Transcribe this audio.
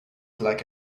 like